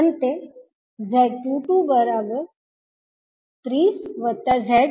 અંતે Z22 Z2130